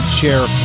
share